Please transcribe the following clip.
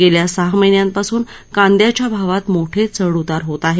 गेल्या सहा महिन्यांपासून कांदयाच्या भावात मोठे चढ उतार होत आहेत